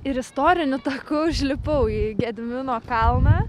ir istoriniu taku užlipau į gedimino kalną